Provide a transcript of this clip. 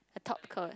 the top coat